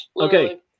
Okay